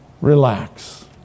relax